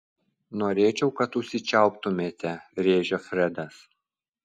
norėčiau kad užsičiauptumėte rėžia fredas